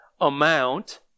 amount